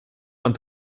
want